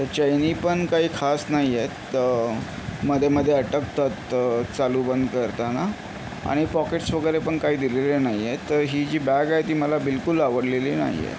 chains पण काही खास नाही आहेत मध्ये मध्ये अटकतात चालू बंद करताना आणि पॉकेटस वगैरे पण काही दिलेले नाही आहेत तर ही जी बॅग आहे ती मला बिलकुल आवडलेली नाही आहे